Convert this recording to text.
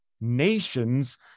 nations